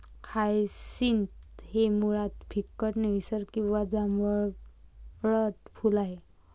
hyacinth हे मुळात फिकट निळसर किंवा जांभळट फूल आहे